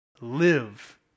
live